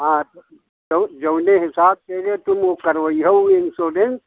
हाँ तो जो हिसाब से जे तुम वो करवाओगे इंसुरेंस